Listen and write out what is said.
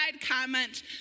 comment